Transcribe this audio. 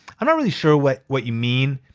i'm not really sure what what you mean.